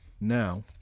now